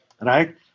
right